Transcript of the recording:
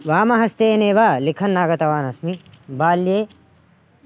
वामहस्तेनैव लिखन् आगतवानस्मि बाल्ये